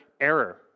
error